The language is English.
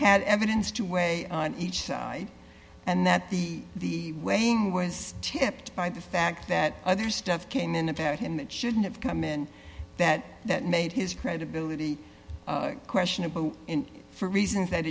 had evidence to weigh each side and that the the weighing was tipped by the fact that other stuff came in about him that shouldn't have come in that that made his credibility questionable for reasons that